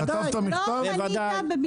לא פנית במכתב.